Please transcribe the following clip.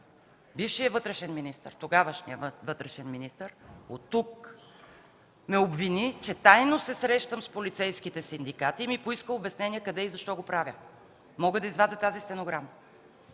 бившият вътрешен министър, тогавашният вътрешен министър оттук ме обвини, че тайно се срещам с полицейските синдикати и ми поиска обяснение къде и защо го правя. Мога да извадя тази стенограма.